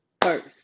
first